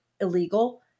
illegal